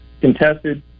contested